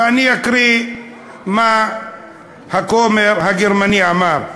ואני אקריא מה הכומר הגרמני אמר: